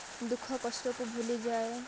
ଦୁଃଖ କଷ୍ଟକୁ ଭୁଲିଯାଏ